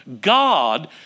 God